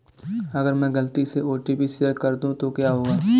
अगर मैं गलती से ओ.टी.पी शेयर कर दूं तो क्या होगा?